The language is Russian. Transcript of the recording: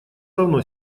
равно